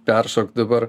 peršokt dabar